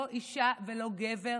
לא אישה ולא גבר,